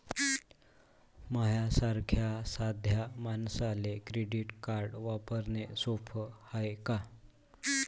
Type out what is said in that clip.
माह्या सारख्या साध्या मानसाले क्रेडिट कार्ड वापरने सोपं हाय का?